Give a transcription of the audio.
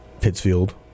Pittsfield